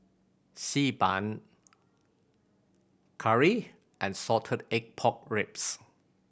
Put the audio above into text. Xi Ban curry and salted egg pork ribs